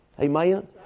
Amen